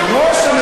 ספר לנו.